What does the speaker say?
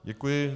Děkuji.